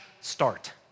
start